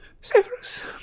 Severus